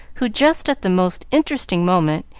who, just at the most interesting moment,